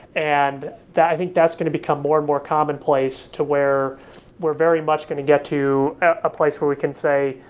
and i think that's going to become more and more common place to where we're very much going to get to a place where we can say,